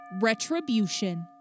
retribution